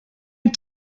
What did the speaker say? are